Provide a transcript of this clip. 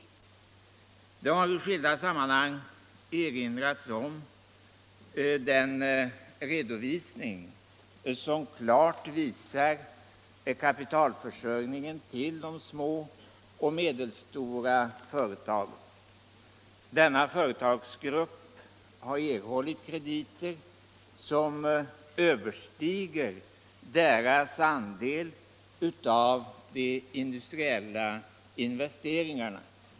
Det har i skilda sammanhang erinrats om den redovisning som klart beskriver kapitalförsörjningen till de små och medelstora företagen. Denna företagsgrupp har erhållit krediter som överstiger dess andel av de industriella investeringarna.